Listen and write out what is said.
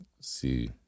see